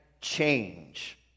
change